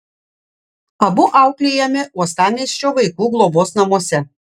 abu auklėjami uostamiesčio vaikų globos namuose